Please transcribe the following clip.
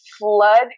flood